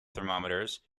thermometers